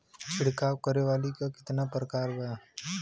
छिड़काव करे वाली क कितना प्रकार बा?